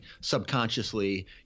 subconsciously